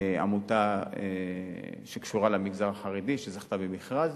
עמותה שקשורה למגזר החרדי שזכתה במכרז.